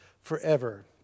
forever